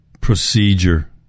procedure